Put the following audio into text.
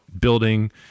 building